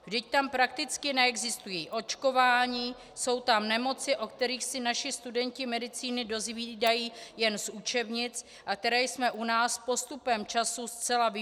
Vždyť tam prakticky neexistuje očkování, jsou tam nemoci, o kterých se naši studenti medicíny dozvídají jen z učebnic a které jsme u nás postupem času zcela vymýtili.